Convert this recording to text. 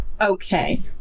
okay